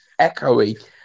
echoey